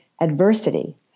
adversity